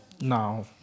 Now